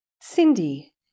Cindy